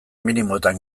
minimoetan